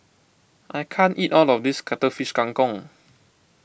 I can't eat all of this Cuttlefish Kang Kong